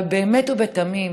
אבל באמת ובתמים,